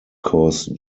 cause